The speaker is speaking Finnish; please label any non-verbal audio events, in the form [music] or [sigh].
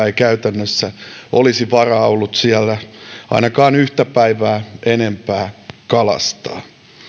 [unintelligible] ei käytännössä olisi varaa ollut siellä ainakaan yhtä päivää enempää kalastaa